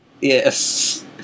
Yes